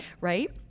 right